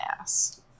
ass